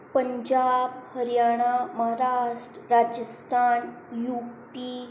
Punjab Haryana Maharashtra Rajasthan U P